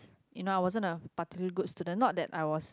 you know I wasn't a particular good student not that I was